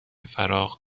فراق